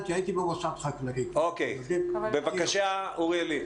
מיליון ו-800 אלף במגזר המסחר והשירותים.